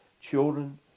children